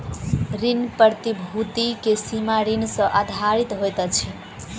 ऋण प्रतिभूति के सीमा ऋण सॅ आधारित होइत अछि